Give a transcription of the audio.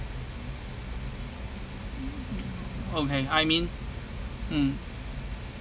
okay I mean mm